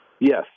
Yes